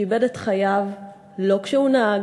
שאיבד את חייו לא כשהוא נהג,